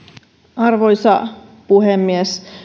arvoisa puhemies